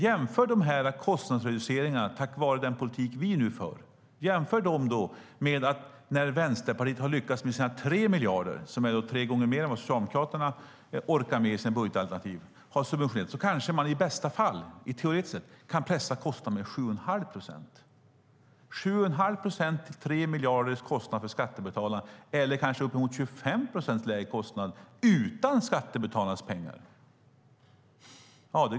Jämför dessa kostnadsreduceringar, tack vare den politik som vi nu för, med hur Vänsterpartiet lyckas med sina 3 miljarder i subventioner - vilket är tre gånger mer än Socialdemokraterna orkar med i sitt budgetalternativ. I bästa fall kan man, teoretiskt sett, pressa kostnaderna med 7 1⁄2 procent. Det är alltså 7 1⁄2 procent till en kostnad på 3 miljarder för skattebetalarna. Detta kan alltså jämföras med 25 procents lägre kostnad utan skattebetalarnas pengar.